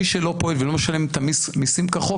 מי שלא פועל ולא משלם את המיסים כחוק,